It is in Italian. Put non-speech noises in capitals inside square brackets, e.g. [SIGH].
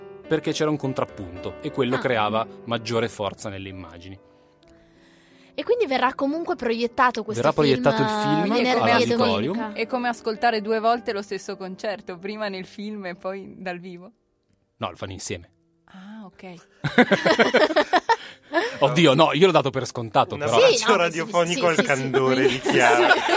Perché c'era un contrappunto e quello Ah. creava maggiore forza nelle immagini. E quindi verrà comunque proiettato questo Verrà film, proiettato il film eh, venerdì Quindi è come e all'auditorium. ascol- domenica. è come ascoltare due volte lo stesso concerto, prima nel film e poi dal vivo? No, lo fanno insieme. Ah, ok. [LAUGHS] Oddio, no, io l'ho dato per scontato, Un però- abbraccio Sì, no, beh, sì, sì, sì, radiofonico sì, al sì, sì. candore di Chiara. [LAUGHS]